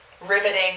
riveting